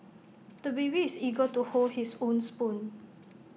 the baby is eager to hold his own spoon